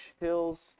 hills